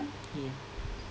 yeah